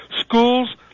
schools